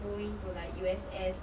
going to like U_S_S